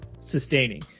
sustaining